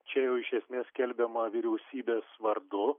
čia jau iš esmės skelbiama vyriausybės vardu